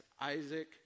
Isaac